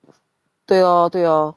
对咯对咯